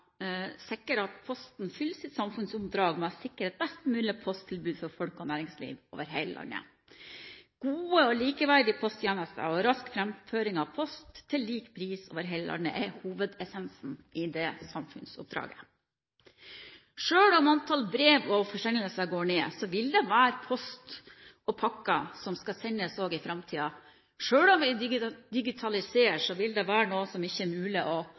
sikre at Posten fyller sitt samfunnsoppdrag med å sikre et best mulig posttilbud for folk og næringsliv over hele landet. Gode og likeverdige posttjenester og rask framføring av post til lik pris over hele landet er hovedessensen i det samfunnsoppdraget. Selv om antall brev og forsendelser går ned, vil det være post og pakker som skal sendes også i framtiden. Selv om vi digitaliserer, vil det være noe som ikke er mulig å